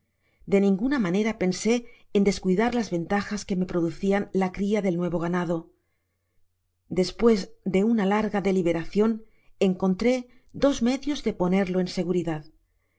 de ninguna manera pensé en descuidar las ventajas que me producían la cria del nuevo ganado despues de una larga deliberacion encontré dos medios de ponerlo en seguridad